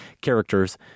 characters